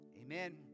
amen